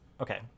Okay